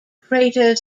crater